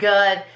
Good